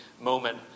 moment